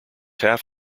half